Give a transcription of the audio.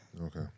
Okay